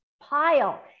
pile